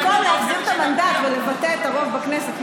ובמקום להחזיר את המנדט ולבטא את הרוב בכנסת,